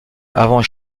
avant